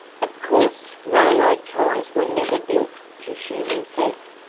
of course railroad ties were never built for human feet,